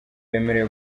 bemerewe